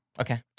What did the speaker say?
Okay